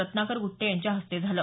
रत्नाकर गुट्टे यांच्या हस्ते झालं